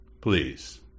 please